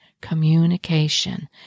communication